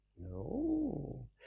No